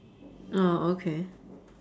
oh okay